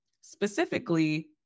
specifically